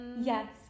yes